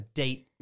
date